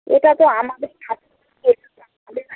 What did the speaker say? এটা তো আমাদের